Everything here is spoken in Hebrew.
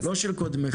לא של קודמך.